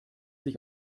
sich